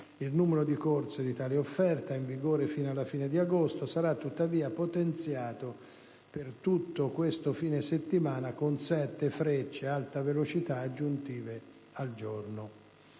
il numero di corse di tale offerta, in vigore fino alla fine di agosto, sarà tuttavia potenziato per tutto questo fine settimana con sette Frecce Alta velocità aggiuntive al giorno.